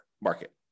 market